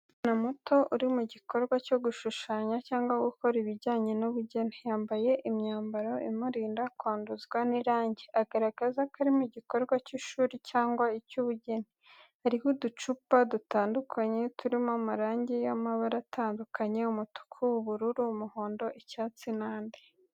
Umwana muto uri mu gikorwa cyo gushushanya cyangwa gukora ibijyanye n’ubugeni. Yambaye imyambaro imurinda kwanduzwa n’irangi, agaragaza ko ari mu gikorwa cy’ishuri cyangwa icy’ubugeni. Hariho uducupa dutandukanye, turimo amarangi y’amabara atandukanye: umutuku, ubururu, umuhondo, icyatsi, n’andi.